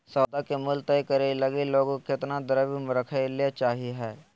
सौदा के मूल्य तय करय हइ कि लोग केतना द्रव्य रखय ले चाहइ हइ